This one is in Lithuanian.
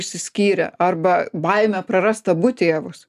išsiskyrę arba baimė prarast abu tėvus